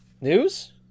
news